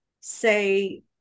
say